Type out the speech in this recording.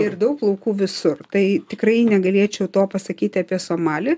ir daug plaukų visur tai tikrai negalėčiau to pasakyti apie somalį